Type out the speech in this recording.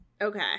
okay